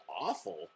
awful